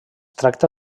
tracta